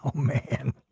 um man.